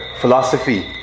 philosophy